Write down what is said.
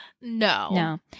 No